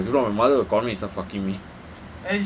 ya if not my mother will call me and start fucking me